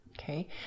Okay